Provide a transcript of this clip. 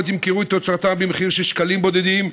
ימכרו את תוצרתם במחיר של שקלים בודדים,